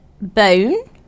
bone